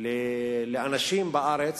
לאנשים בארץ.